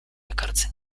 ekartzen